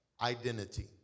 identity